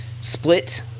split